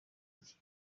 iki